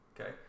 Okay